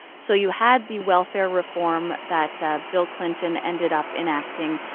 so you had the welfare reform that bill clinton ended up enacting,